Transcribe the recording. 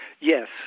Yes